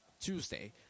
Tuesday